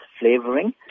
flavoring